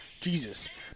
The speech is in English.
Jesus